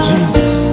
Jesus